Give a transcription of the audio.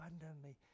abundantly